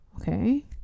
okay